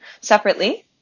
separately